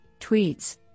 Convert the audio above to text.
tweets